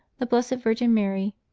the blessed virgin mary,